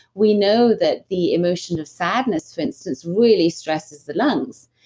we know that the emotion of sadness for instance really stresses the lungs.